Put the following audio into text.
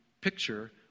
picture